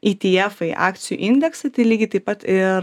ytiefai akcijų indeksai tai lygiai taip pat ir